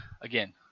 again